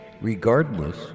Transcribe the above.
regardless